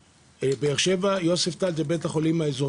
בית החולים יוסף טל אילת הוא חלק מאזור